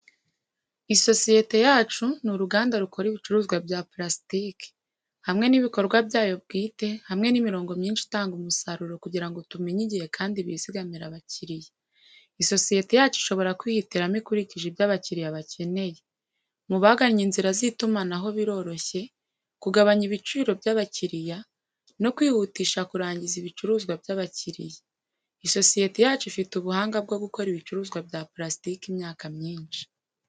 Isosiyete yacu ni uruganda rukora ibicuruzwa bya purasitike hamwe n’ibikorwa byayo bwite hamwe n’imirongo myinshi itanga umusaruro kugira ngo tumenye igihe kandi bizigamire abakiriya. Isosiyete yacu ishobora kwihitiramo ikurikije ibyo abakiriya bakeneye. Mubagannye inzira z'itumanaho biroroshye, kugabanya ibiciro by'abakiriya, no kwihutisha kurangiza ibicuruzwa byabakiriya. Isosiyete yacu ifite ubuhanga bwo gukora ibicuruzwa bya pulasitike imyaka myinshi.